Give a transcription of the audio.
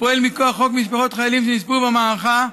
הפועל מכוח חוק משפחות חיילים שנספו במערכה,